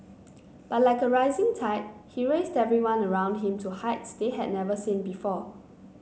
but like a rising tide he raised everyone around him to heights they had never seen before